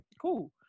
cool